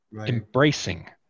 embracing